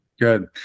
Good